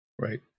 Right